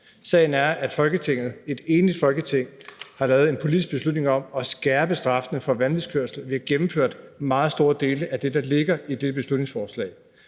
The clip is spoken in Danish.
Folketinget, et enigt Folketing, har taget en politisk beslutning om at skærpe straffene for vanvidskørsel. Vi har gennemført meget store dele af det, der ligger i det her beslutningsforslag.